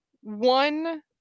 one